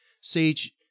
Sage